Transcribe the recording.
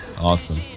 Awesome